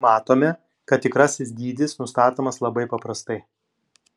matome kad tikrasis dydis nustatomas labai paprastai